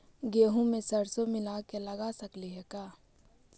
गेहूं मे सरसों मिला के लगा सकली हे का?